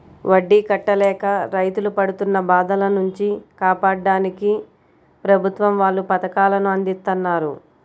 వడ్డీ కట్టలేక రైతులు పడుతున్న బాధల నుంచి కాపాడ్డానికి ప్రభుత్వం వాళ్ళు పథకాలను అందిత్తన్నారు